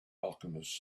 alchemist